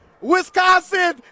Wisconsin